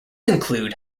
include